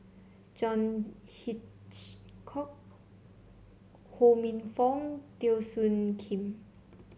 John Hitchcock Ho Minfong Teo Soon Kim